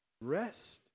Rest